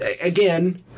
Again